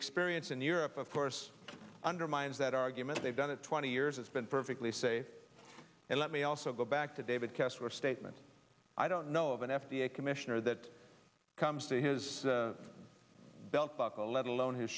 experience in europe of course undermines that argument they've done it twenty years it's been perfectly safe and let me also go back to david kessler statement i don't know of an f d a commissioner that comes to his belt buckle let alone his